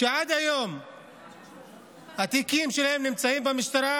ועד היום התיקים שלהם נמצאים במשטרה,